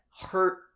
hurt